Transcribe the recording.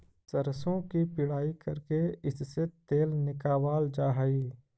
सरसों की पिड़ाई करके इससे तेल निकावाल जा हई